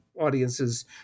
audiences